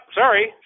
Sorry